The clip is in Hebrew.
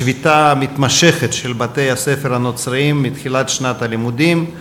השביתה המתמשכת בבתי-הספר הנוצריים מתחילת שנת הלימודים,